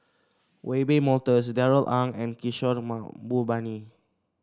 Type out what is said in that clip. Wiebe Wolters Darrell Ang and Kishore Mahbubani